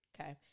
Okay